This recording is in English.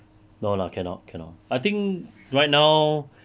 no lah cannot cannot I think right now